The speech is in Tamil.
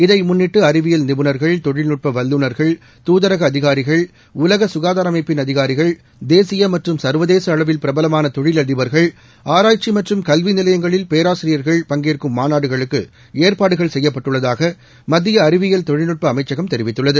இதை முன்னிட்டு அறிவியல் நிபுணர்கள் தொழில்நுட்ப வல்லுநர்கள் துதரக அதிகாரிகள் உலக சுகாதார அமைப்பின் அதிகாரிகள் தேசிய மற்றும் சர்வதேச அளவில் பிரபலமான தொழிலதிபர்கள் ஆராய்ச்சி மற்றும் கல்வி நிலையங்களில் பேராசிரியர்கள் பங்கேற்கும் மாநாடுகளுக்கு ஏற்பாடுகள் செய்யப்பட்டுள்ளதாக மத்திய அறிவியல் தொழில்நுட்ப அமைச்சகம் தெரிவித்துள்ளது